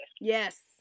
Yes